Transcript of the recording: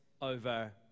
over